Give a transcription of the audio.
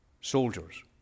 Soldiers